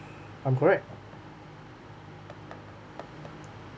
I'm correct